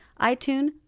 iTunes